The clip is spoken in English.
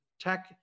tech